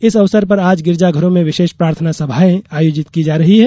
इस अवसर पर आज गिरजाघरों में विशेष प्रार्थना सभायें आयोजित की जा रही हैं